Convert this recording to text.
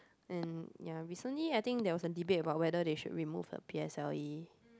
and ya recently I think there was a debate about whether they should remove the p_s_l_e